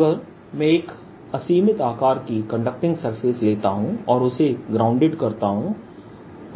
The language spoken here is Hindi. अगर मैं एक असीमित आकार की कंडक्टिंग सरफेस लेता हूं और उसे ग्राउंडेड करता हूं